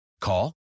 Call